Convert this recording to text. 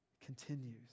continues